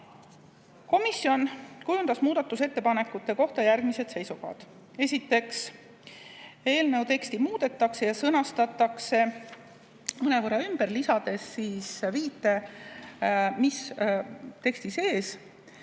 Komisjon kujundas muudatusettepanekute kohta järgmised seisukohad. Esiteks, eelnõu teksti muudetakse ja sõnastatakse mõnevõrra ümber, lisades viite teksti sees.